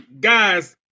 Guys